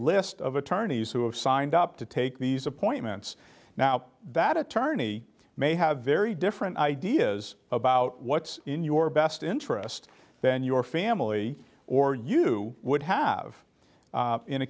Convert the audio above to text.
list of attorneys who have signed up to take these appointments now that attorney may have very different ideas about what's in your best interests then your family or you would have in a